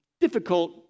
difficult